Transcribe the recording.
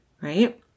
right